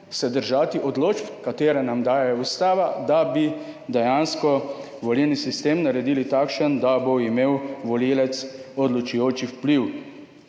držati odločb, ki nam jih daje ustava, da bi dejansko volilni sistem naredili takšen, da bo imel volivec odločujoč vpliv.